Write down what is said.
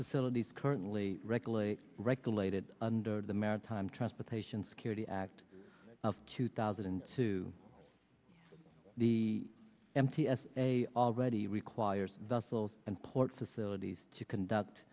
of these currently regulate regulated under the maritime transportation security act of two thousand and two the m t s a already requires vessels and port facilities to conduct